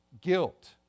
Guilt